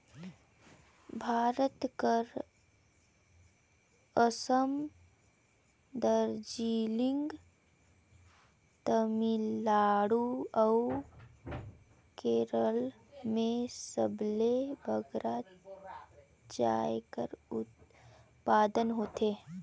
भारत कर असम, दार्जिलिंग, तमिलनाडु अउ केरल में सबले बगरा चाय कर उत्पादन होथे